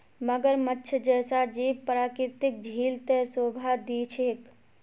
मगरमच्छ जैसा जीव प्राकृतिक झील त शोभा दी छेक